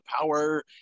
power